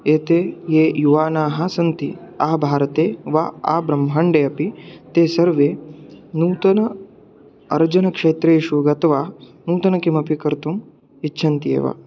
एते ये युवानाः सन्ति आभारते वा आब्रह्माण्डे अपि ते सर्वे नूतनं अर्जनक्षेत्रेषु गत्वा नूतनं किमपि कर्तुम् इच्छन्ति एव